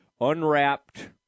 unwrapped